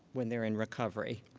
when they're in recovery.